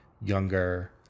younger